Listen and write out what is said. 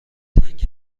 تنگ